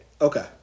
Okay